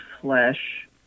flesh